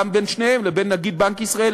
גם בין שניהם לבין נגיד בנק ישראל,